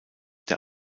der